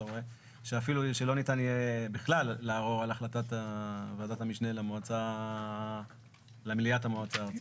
שאפשר יהיה לערור על החלטת ועדת המשנה בפני מליאת המועצה הארצית.